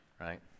right